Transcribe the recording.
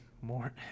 more